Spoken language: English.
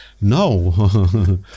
no